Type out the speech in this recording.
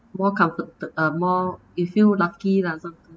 more comfort~ uh more you feel lucky lah